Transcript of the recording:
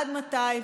עד מתי,